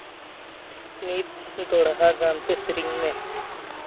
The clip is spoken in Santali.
ᱱᱤᱛ ᱫᱚᱦᱲᱟ ᱜᱟᱨᱛᱮ ᱥᱮᱨᱮᱧ ᱢᱮ